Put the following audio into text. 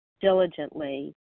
diligently